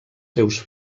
seus